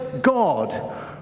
God